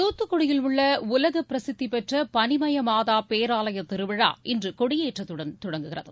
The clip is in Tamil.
தூத்துக்குடியில் உள்ள உலக பிரசித்திபெற்ற பனிமய மாதா பேராலயத் திருவிழா இன்று கொடியேற்றத்துடன் தொடங்குகிறது